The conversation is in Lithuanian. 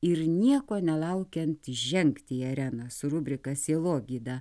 ir nieko nelaukiant įžengti į areną su rubrika sielogyda